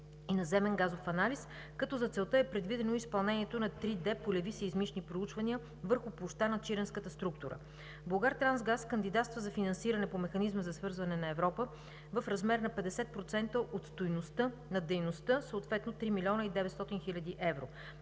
и наземен газов анализ, като за целта е предвидено изпълнението на 3D полеви сеизмични проучвания върху площта на чиренската структура. „Булгартрансгаз“ кандидатства за финансиране по Механизма за свързване на Европа в размер на 50% от стойността на дейността, съответно 3 млн. 900 хил. евро.